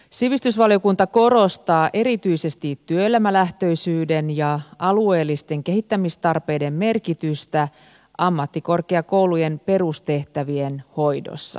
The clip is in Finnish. sivistysvaliokunta korostaa erityisesti työelämälähtöisyyden ja alueellisten kehittämistarpeiden merkitystä ammattikorkeakoulujen perustehtävien hoidossa